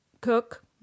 cook